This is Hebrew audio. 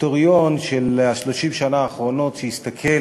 היסטוריון של 30 השנה האחרונות שיסתכל